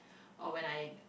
or when I